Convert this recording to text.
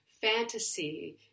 fantasy